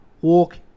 Walk